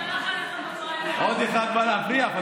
חלאס, עוד אחד בא להפריע?